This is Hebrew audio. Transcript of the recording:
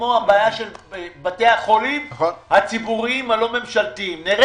אבל הפער וההפליה מול בתי החולים הממשלתיים וקופות החולים הם